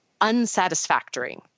unsatisfactory